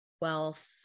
wealth